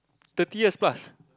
twenty years plus